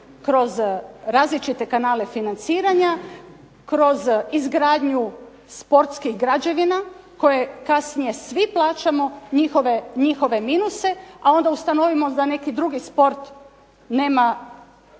kroz različite kanale financiranja kroz izgradnju sportskih građevina koje kasnije svi plaćamo njihove minuse a onda ustanovimo da neki drugi sport nema